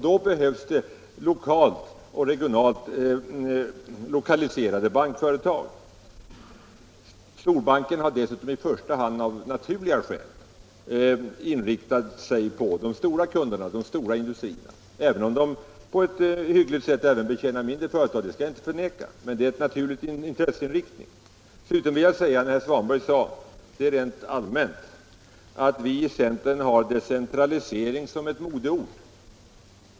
Då behövs det lokalt och regionalt lokaliserade bankföretag. Storbankerna har dessutom av naturliga skäl i första hand inriktat sig på de stora kunderna, de stora industrierna. Att de på ett hyggligt sätt betjänar även mindre företag skall jag inte förneka, men det är naturligt att deras intresse i första hand riktas mot de stora företagen. Slutligen vill jag säga några ord med anledning av herr Svanbergs yttrande att vi i centern har decentralisering som ett modeord.